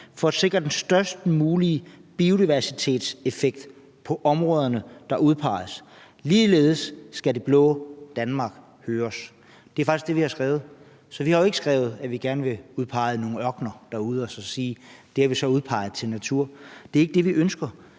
for at sikre den størst mulige biodiversitetseffekt på områderne. Det Blå Danmark skal høres.« Det er faktisk det, vi har skrevet. Så vi har jo ikke skrevet, at vi gerne vil udpege nogle ørkener derude og så sige, at det har vi udpeget til natur. Det er ikke det, vi ønsker.